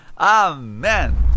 Amen